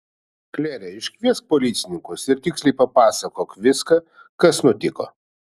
klere iškviesk policininkus ir tiksliai papasakok viską kas nutiko